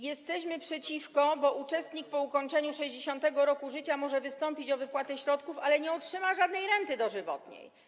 Jesteśmy przeciwko, bo uczestnik po ukończeniu 60. roku życia może wystąpić o wypłatę środków, ale nie otrzyma żadnej renty dożywotniej.